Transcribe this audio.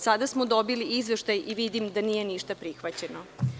Sada smo dobili izveštaj i vidim da nije ništa prihvaćeno.